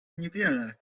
niewiele